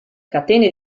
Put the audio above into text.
catene